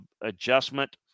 adjustment